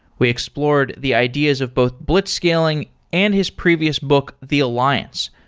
we explored the ideas of both blitzscaling and his previous book the alliance,